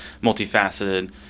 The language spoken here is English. multifaceted